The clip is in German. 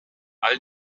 all